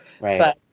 Right